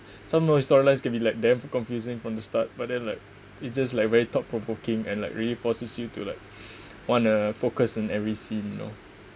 some new storylines can be like damn confusing from the start but then like it just like very thought provoking and like really forces you to like want to focus in every scene you know